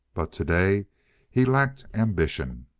but today he lacked ambition.